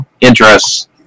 interests